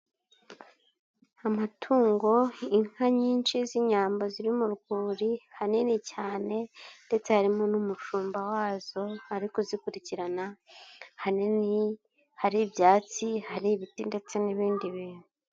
Amatungo inka nyinshi z'inyambo ziri mu rwuri, hanini cyane ndetse harimo n'umushumba wazo ari kuzikurikirana, hanini hari ibyatsi, hari ibiti ndetse n'ibindi bintu.